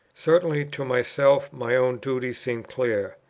certainly to myself my own duty seemed clear.